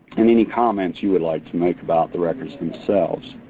and any comments you would like to make about the records themselves.